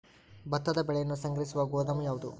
ಭತ್ತದ ಬೆಳೆಯನ್ನು ಸಂಗ್ರಹಿಸುವ ಗೋದಾಮು ಯಾವದು?